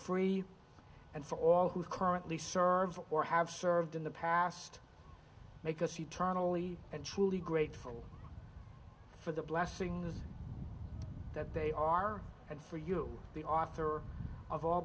free and for all who currently serve or have served in the past make us eternally and truly grateful for the blessings that they are and for you the author of all